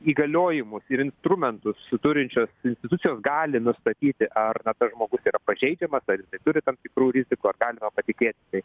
įgaliojimus ir instrumentus s turinčios institucijos gali nustatyti ar na tas žmogus yra pažeidžiamas ar jisai turi tam tikrų rizikų ar galima patikėti tai